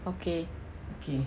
okay